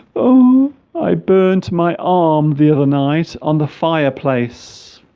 oh i burnt my arm the other night on the fireplace